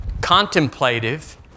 contemplative